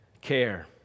care